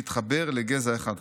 אבל על כל הענפים להתחבר לגזע אחד".